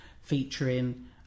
featuring